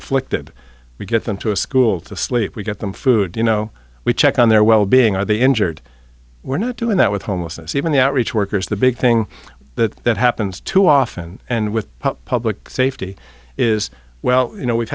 afflicted we get them to a school to sleep we get them food you know we check on their well being are they injured we're not doing that with homelessness even the outreach workers the big thing that that happens too often and with public safety is well you know we've